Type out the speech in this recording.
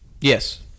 Yes